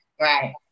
right